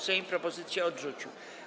Sejm propozycję odrzucił.